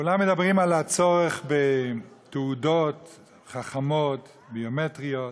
כולם מדברים על הצורך בתעודות חכמות, ביומטריות,